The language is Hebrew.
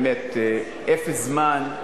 באמת, אפס זמן,